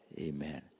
Amen